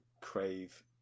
crave